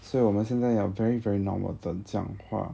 所以我们现在要 very very normal 的讲话